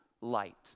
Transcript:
light